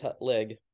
leg